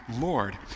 Lord